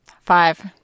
five